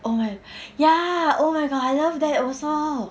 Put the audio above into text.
oh my ya oh my god I love that also